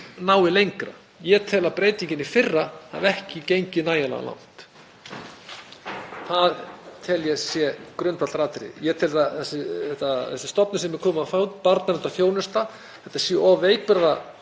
nái lengra. Ég tel að breytingin í fyrra hafi ekki gengið nægilega langt. Það tel ég að sé grundvallaratriði. Ég tel að þessi stofnun sem er komið á fót, barnaverndarþjónusta, sé of veikburða